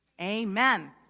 amen